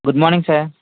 good morning sir